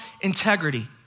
integrity